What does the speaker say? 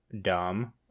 dumb